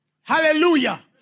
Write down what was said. Hallelujah